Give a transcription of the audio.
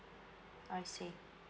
I see